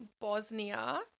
Bosnia